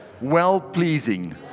well-pleasing